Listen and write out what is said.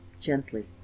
gently